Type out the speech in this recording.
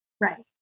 Right